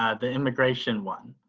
the immigration one.